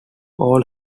all